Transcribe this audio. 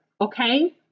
Okay